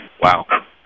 Wow